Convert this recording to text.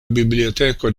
biblioteko